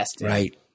right